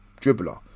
dribbler